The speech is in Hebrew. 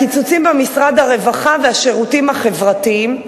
הקיצוצים במשרד הרווחה והשירותים החברתיים,